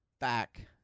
back